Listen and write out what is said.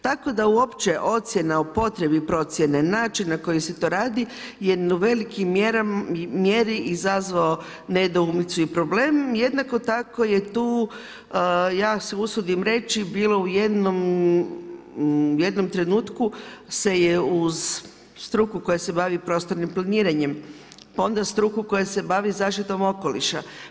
Tako da uopće ocjena o potrebi procjene, način na koji se to radi je u velikoj mjeri izazvao nedoumicu i problem, jednako tako je tu ja se usudim reći bilo u jednom trenutku se je uz struku koja se bavi prostornim planiranjem, pa onda struku koja se bavi zaštitom okoliša.